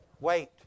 Wait